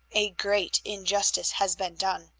a great injustice has been done,